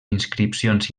inscripcions